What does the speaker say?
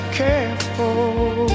careful